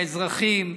לאזרחים,